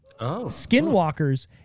Skinwalkers